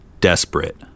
Desperate